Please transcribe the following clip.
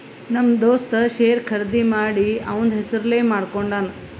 ನಮ್ ದೋಸ್ತ ಶೇರ್ ಖರ್ದಿ ಮಾಡಿ ಅವಂದ್ ಹೆಸುರ್ಲೇ ಮಾಡ್ಕೊಂಡುನ್